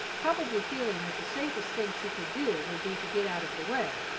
probably feeling that the safest thing she could do would be to get out of the way,